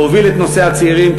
והוביל את נושא הצעירים.